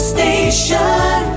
Station